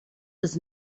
was